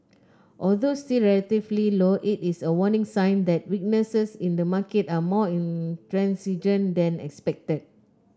although still relatively low it is a warning sign that weaknesses in the market are more intransigent than expected